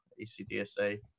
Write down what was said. ecdsa